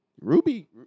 Ruby